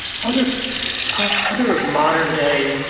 other ah other modern day